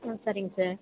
ம் சரிங்க சார்